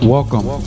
Welcome